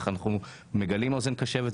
אנחנו מגלים אוזן קשבת,